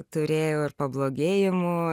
turėjau ir pablogėjimų